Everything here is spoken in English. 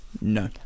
No